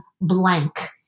blank